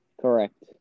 Correct